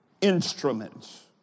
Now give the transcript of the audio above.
instruments